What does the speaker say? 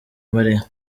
mariya